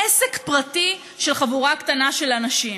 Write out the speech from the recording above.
עסק פרטי של חבורה קטנה של אנשים.